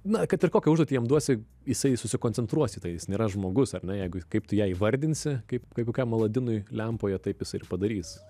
na kad ir kokią užduotį jam duosi jisai susikoncentruos į tai jis nėra žmogus ar ne jeigu kaip tu ją įvardinsi kaip kaip kokiam aladinui lempoje taip jisai ir padarys